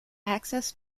access